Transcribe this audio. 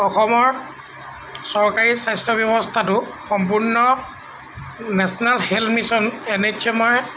অসমৰ চৰকাৰী স্বাস্থ্য ব্যৱস্থাটো সম্পূৰ্ণ national health mission N H এমৰ